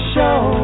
Show